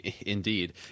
Indeed